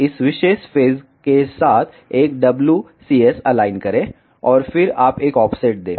इस विशेष फेज के साथ एक WCS अलाइन करें और फिर आप एक ऑफसेट दें